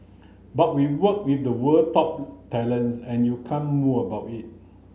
but we work with the world top talents and you can moan about it